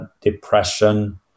depression